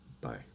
Bye